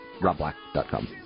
robblack.com